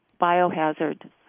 Biohazard